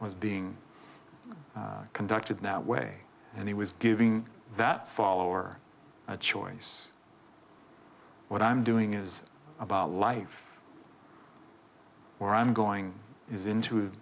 was being conducted that way and he was giving that follower a choice what i'm doing is about life where i'm going is into